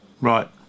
Right